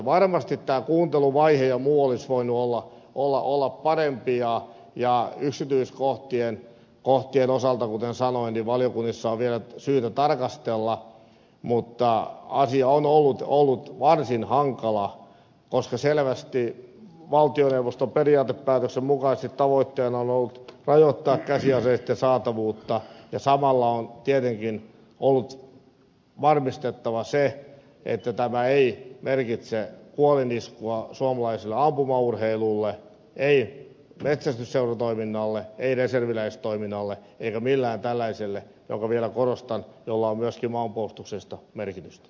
varmasti tämä kuunteluvaihe ja muu olisi voinut olla parempi ja yksityiskohtien osalta kuten sanoin valiokunnissa on vielä syytä tarkastella mutta asia on ollut varsin hankala koska selvästi valtioneuvoston periaatepäätöksen mukaisesti tavoitteena on ollut rajoittaa käsiaseitten saatavuutta ja samalla on tietenkin ollut varmistettava se että tämä ei merkitse kuoliniskua suomalaiselle ampumaurheilulle ei metsästysseuratoiminnalle ei reserviläistoiminnalle eikä millekään tällaiselle jota vielä korostan jolla on myöskin maanpuolustuksellista merkitystä